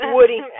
Woody